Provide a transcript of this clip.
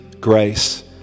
grace